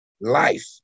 life